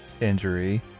injury